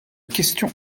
question